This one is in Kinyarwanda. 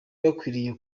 bakwiriye